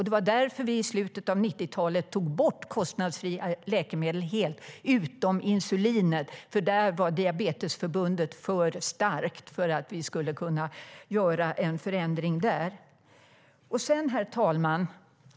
Det var därför vi i slutet av 90-talet tog bort kostnadsfria läkemedel, utom insulinet. Diabetesförbundet var för starkt för att vi skulle kunna göra en förändring där. Herr talman!